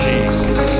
Jesus